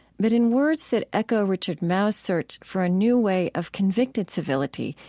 but in words that echo richard mouw's search for a new way of convicted civility,